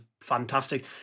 fantastic